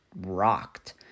rocked